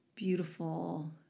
Beautiful